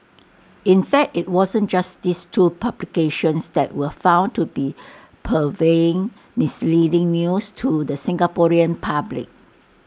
in fact IT wasn't just these two publications that were found to be purveying misleading news to the Singaporean public